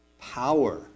power